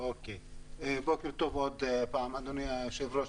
אדוני היושב-ראש,